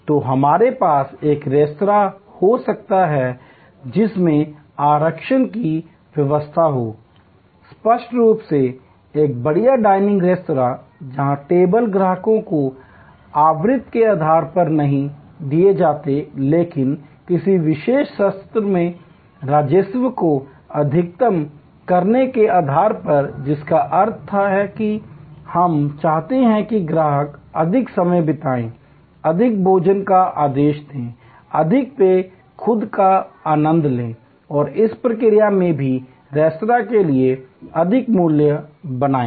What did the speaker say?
तो हमारे पास एक रेस्तरां हो सकता है जिसमें आरक्षण की व्यवस्था हो स्पष्ट रूप से एक बढ़िया डाइनिंग रेस्तरां जहां टेबल ग्राहकों को आवृत्ति के आधार पर नहीं दिए जाते हैं लेकिन किसी विशेष सत्र से राजस्व को अधिकतम करने के आधार पर जिसका अर्थ है कि हम चाहते हैं कि ग्राहक अधिक समय बिताए अधिक भोजन का आदेश दे अधिक पेय खुद का आनंद लें और इस प्रक्रिया में भी रेस्तरां के लिए अधिक मूल्य बनाएं